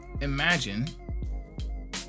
Imagine